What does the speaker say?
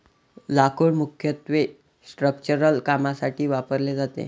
लाकूड मुख्यत्वे स्ट्रक्चरल कामांसाठी वापरले जाते